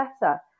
better